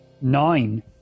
Nine